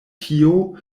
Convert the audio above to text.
tio